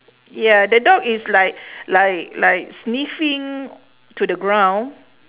ya the dog is like like like sniffing to the ground